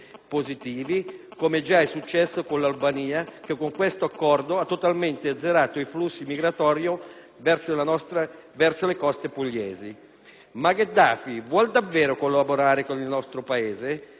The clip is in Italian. positivi, come già è successo con l'Albania, che con analogo accordo ha totalmente azzerato i flussi migratori verso le coste pugliesi. Ma Gheddafi vuole davvero collaborare con il nostro Paese?